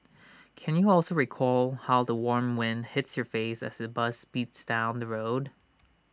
can you also recall how the warm wind hits your face as the bus speeds down the road